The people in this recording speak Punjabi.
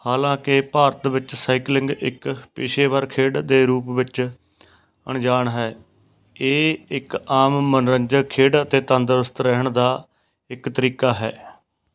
ਹਾਲਾਂਕਿ ਭਾਰਤ ਵਿੱਚ ਸਾਈਕਲਿੰਗ ਇੱਕ ਪੇਸ਼ੇਵਰ ਖੇਡ ਦੇ ਰੂਪ ਵਿੱਚ ਅਣਜਾਣ ਹੈ ਇਹ ਇੱਕ ਆਮ ਮਨੋਰੰਜਕ ਖੇਡ ਅਤੇ ਤੰਦਰੁਸਤ ਰਹਿਣ ਦਾ ਇੱਕ ਤਰੀਕਾ ਹੈ